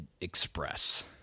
express